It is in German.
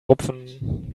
rupfen